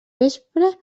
vespre